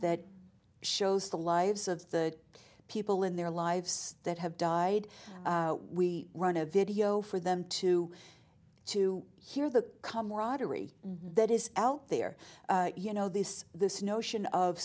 that shows the lives of the people in their lives that have died we run a video for them to to hear the camaraderie that is out there you know this this notion of